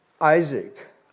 Isaac